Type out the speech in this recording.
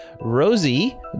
Rosie